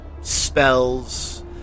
spells